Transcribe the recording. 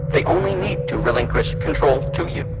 they only need to relinquish control to you.